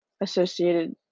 associated